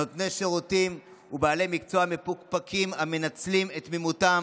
נותני שירותים ובעלי מקצוע מפוקפקים המנצלים את תמימותם,